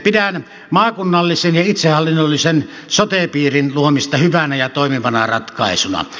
pidän maakunnallisen ja itsehallinnollisen sote piirin luomista hyvänä ja toimivana ratkaisuna